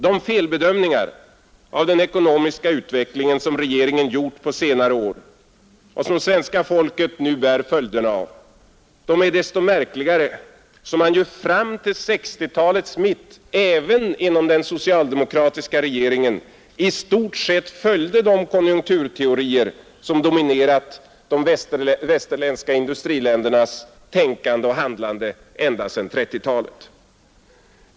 De felbedömningar av den ekonomiska utvecklingen som regeringen gjort på senare år och som svenska folket nu bär följderna av är desto märkligare som man fram till 1960-talets mitt även inom den socialdemokratiska regeringen i stort sett följde de konjunkturteorier som dominerat de västerländska industriländernas tänkande och handlande sedan 1930-talet.